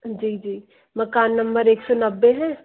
जी जी मकान नंबर एक सौ नब्बे है